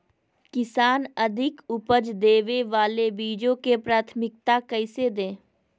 किसान अधिक उपज देवे वाले बीजों के प्राथमिकता कैसे दे?